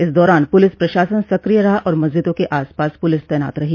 इस दौरान पुलिस प्रशासन सकिय रहा और मस्जिदों के आस पास पुलिस तैनात रही